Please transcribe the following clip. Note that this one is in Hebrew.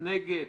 מי נגד?